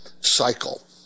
cycle